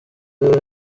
wowe